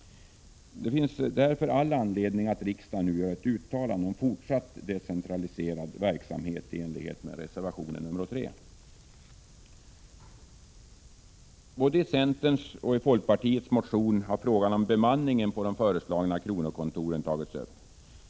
Det finns därför all anledning att riksdagen nu i enlighet med reservation 3 gör ett uttalande om fortsatt decentralisering. Både i centerns och i folkpartiets motion har frågan om bemanningen på de föreslagna kronokontoren tagits upp.